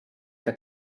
que